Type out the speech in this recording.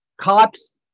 cops